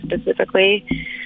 specifically